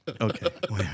Okay